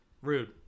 Rude